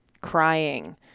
crying